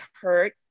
hurt